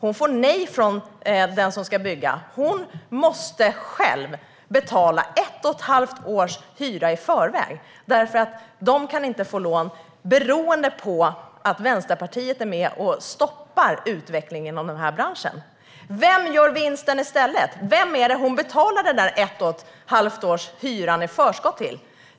Hon får nej från den som ska bygga. Hon måste själv betala ett och ett halvt års hyra i förväg. De kan inte få lån beroende på att Vänsterpartiet är med och stoppar utvecklingen av denna bransch. Vem gör vinsten i stället? Vem är det hon betalar hyran för ett och ett halvt år i förskott till?